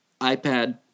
iPad